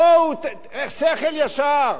בואו, שכל ישר.